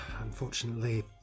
Unfortunately